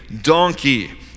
donkey